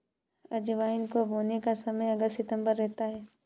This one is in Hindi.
अजवाइन को बोने का समय अगस्त सितंबर रहता है